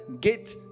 Get